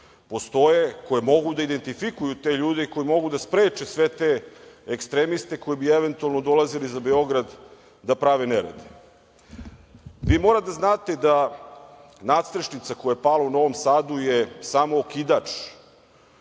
postoje, koje mogu da identifikuju te ljudi i koji mogu da spreče sve te ekstremiste koji bi eventualno dolazili za Beograd da prave nered. Vi morate da znate da nastrešnica koja je pala u Novom Sadu je samo okidač